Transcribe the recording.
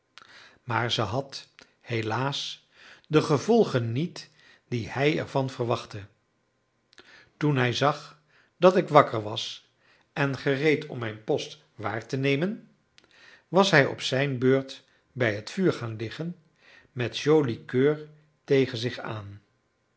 maar ze had helaas de gevolgen niet die hij ervan verwachtte toen hij zag dat ik wakker was en gereed om mijn post waar te nemen was hij op zijn beurt bij het vuur gaan liggen met joli coeur tegen zich aan